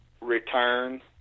return